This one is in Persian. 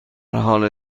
حال